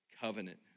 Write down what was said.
covenant